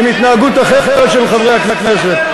עם התנהגות אחרת של חברי הכנסת.